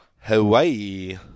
Hawaii